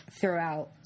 throughout